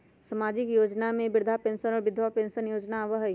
सामाजिक योजना में वृद्धा पेंसन और विधवा पेंसन योजना आबह ई?